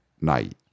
night